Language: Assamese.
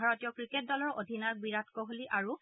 ভাৰতীয় ক্ৰিকেট দলৰ অধিনায়ক বিৰাট কোহলি আৰু